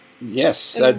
Yes